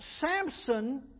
Samson